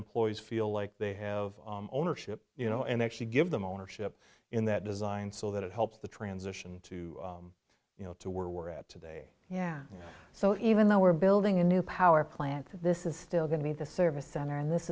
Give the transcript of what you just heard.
employees feel like they have ownership you know and actually give them ownership in that design so that it helps the transition to you know to where we're at today yeah so even though we're building a new power plant this is still going to be a service center and this